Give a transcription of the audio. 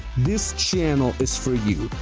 this channel is for you.